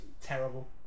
terrible